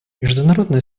международное